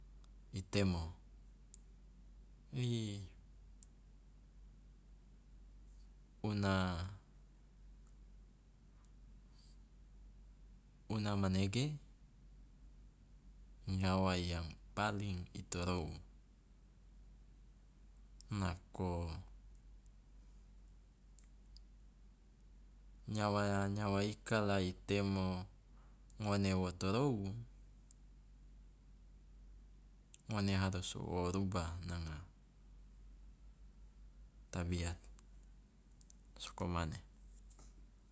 I temo, i una una manege nyawa yang paling i torou, nako nyawa nyawa ika la i temo ngone wo torou ngone harus wo rubah nanga tabiat, soko mane.